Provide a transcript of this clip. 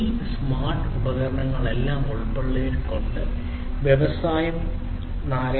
ഈ സ്മാർട്ട് ഉപകരണങ്ങളെല്ലാം ഉൾപ്പെടുത്തിക്കൊണ്ട് വ്യവസായ 4